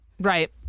Right